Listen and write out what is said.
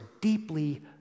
deeply